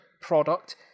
product